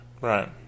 Right